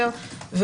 ותיקות יותר,